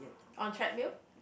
on treadmill